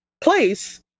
place